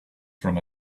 from